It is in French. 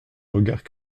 regards